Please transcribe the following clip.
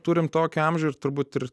turim tokį amžių ir turbūt ir